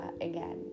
again